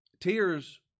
Tears